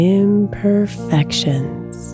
imperfections